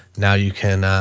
now you can, ah,